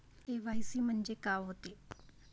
KYC म्हंनजे का होते?